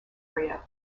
area